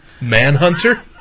Manhunter